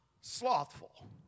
slothful